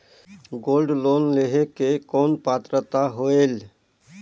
Gold loan लेहे के कौन पात्रता होएल?